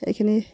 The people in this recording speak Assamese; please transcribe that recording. এইখিনি